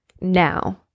now